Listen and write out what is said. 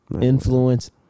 influence